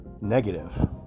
negative